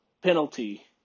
penalty